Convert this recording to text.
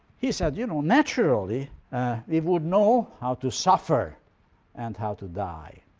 he said you know naturally we would know how to suffer and how to die,